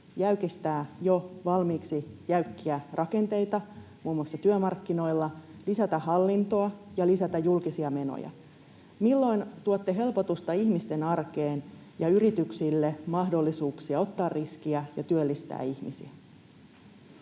jäykistää jo valmiiksi jäykkiä rakenteita muun muassa työmarkkinoilla, lisätä hallintoa ja lisätä julkisia menoja. Milloin tuotte helpotusta ihmisten arkeen ja yrityksille mahdollisuuksia ottaa riskiä ja työllistää ihmisiä?